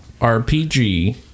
RPG